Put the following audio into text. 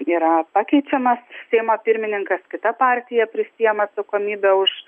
yra pakeičiamas seimo pirmininkas kita partija prisiima atsakomybę už